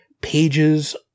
pages